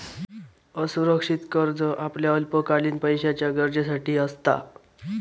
असुरक्षित कर्ज आपल्या अल्पकालीन पैशाच्या गरजेसाठी असता